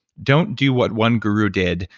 don't do what one guru did,